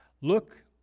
look